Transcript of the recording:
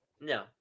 No